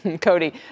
Cody